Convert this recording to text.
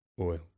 oil